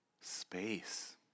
Space